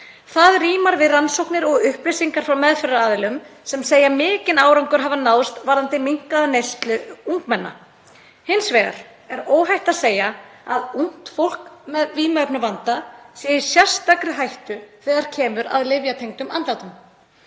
Það rímar við rannsóknir og upplýsingar frá meðferðaraðilum sem segja mikinn árangur hafa náðst varðandi minnkaða neyslu ungmenna. Hins vegar er óhætt að segja að ungt fólk með vímuefnavanda sé í sérstakri hættu þegar kemur að lyfjatengdum andlátum.